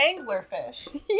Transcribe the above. anglerfish